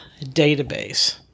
database